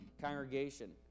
congregation